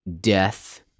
death